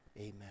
Amen